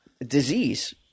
disease